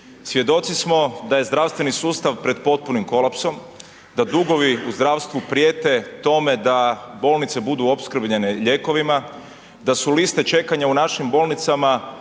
Svjedoci smo da je zdravstveni sustav pred potpunim kolapsom, da dugovi u zdravstvu prijete tome da bolnice budu opskrbljene lijekovima, da su liste čekanja u našim bolnicama